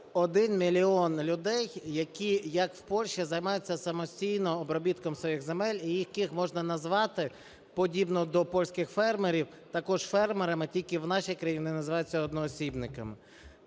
1 мільйон людей, які, як в Польщі займаються, самостійно обробітком своїх земель і яких можна назвати подібно до польських фермерів також фермерами тільки в нашій країні вони називаються одноосібниками.